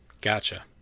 gotcha